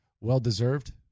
well-deserved